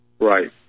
Right